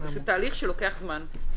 זה פשוט תהליך שלוקח זמן.